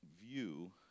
view